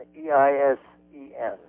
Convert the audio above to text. E-I-S-E-N